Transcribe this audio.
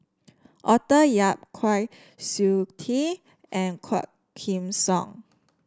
Arthur Yap Kwa Siew Tee and Quah Kim Song